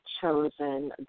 chosen